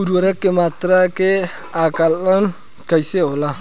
उर्वरक के मात्रा के आंकलन कईसे होला?